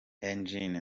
eugene